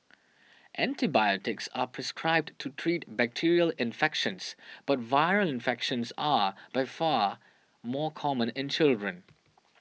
antibiotics are prescribed to treat bacterial infections but viral infections are by far more common in children